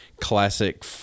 classic